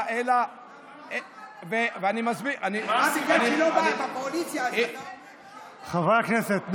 אלא --- מה הסיבה --- הקואליציה --- חברי הכנסת,